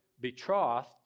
betrothed